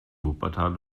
wuppertal